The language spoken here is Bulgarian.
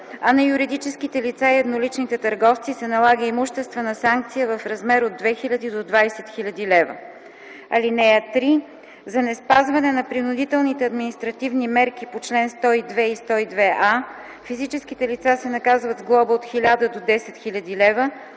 а на юридическите лица и едноличните търговци се налага имуществена санкция в размер от 2000 до 20 000 лв. (3) За неспазване на принудителните административни мерки по чл. 102 и 102а физическите лица се наказват с глоба от 1000 до 10 000 лв.,